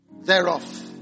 thereof